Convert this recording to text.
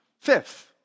Fifth